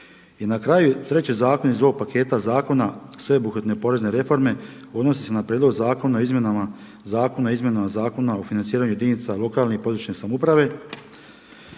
I na kraju, treći zakon iz ovog paketa zakona sveobuhvatne porezne reforme odnosi se na prijedlog Zakona o izmjenama Zakona o financiranju jedinica lokalne i područne samouprave.